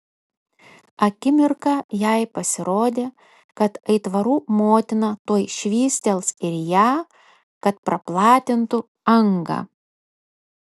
akimirką jai pasirodė kad aitvarų motina tuoj švystels ir ją kad praplatintų angą